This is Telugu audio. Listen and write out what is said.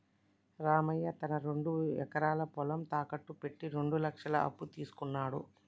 రామయ్య తన రెండు ఎకరాల పొలం తాకట్టు పెట్టి రెండు లక్షల అప్పు తీసుకున్నడు